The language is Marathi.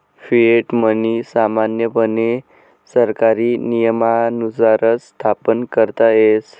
फिएट मनी सामान्यपणे सरकारी नियमानुसारच स्थापन करता येस